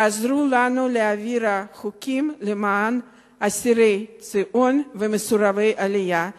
תעזרו לנו להעביר את החוקים למען אסירי ציון ומסורבי העלייה.